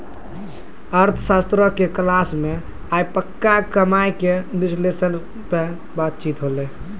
अर्थशास्त्रो के कक्षा मे आइ पक्का कमाय के विश्लेषण पे बातचीत होलै